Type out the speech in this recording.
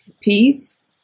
peace